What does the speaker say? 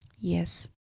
Yes